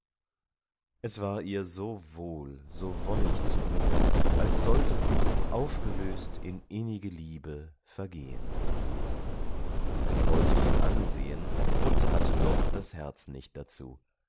es war ihr so wohl so wonnig zu mut als sollte sie aufgelöst in innige liebe vergehen sie wollte ihn ansehen und hatte doch das herz nicht dazu